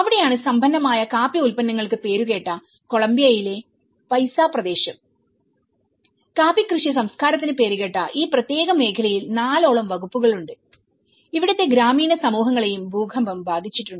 അവിടെയാണ് സമ്പന്നമായ കാപ്പി ഉൽപന്നങ്ങൾക്ക് പേരുകേട്ട കൊളംബിയയിലെ പൈസ പ്രദേശം കാപ്പി കൃഷി സംസ്കാരത്തിന് പേരുകേട്ട ഈ പ്രത്യേക മേഖലയിൽ 4 ഓളം വകുപ്പുകളുണ്ട് ഇവിടുത്തെ ഗ്രാമീണ സമൂഹങ്ങളെയും ഭൂകമ്പം ബാധിച്ചിട്ടുണ്ട്